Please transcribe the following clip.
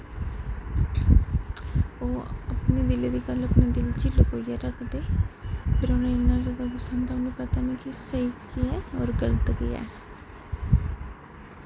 ओह् अपने दिलै दी गल्ल अपने दिल च गै लकोइयै रखदे ते पर उ'नेंगी इन्ना जादा गुस्सा आंदा उ'नें ई पता निं कि स्हेई केह् ऐ होर गलत केह् ऐ